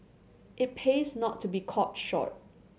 it pays not to be caught short